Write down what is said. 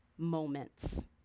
moments